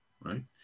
right